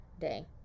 day